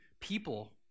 people